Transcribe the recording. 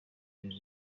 bintu